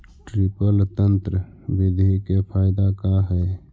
Drip तन्त्र बिधि के फायदा का है?